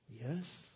Yes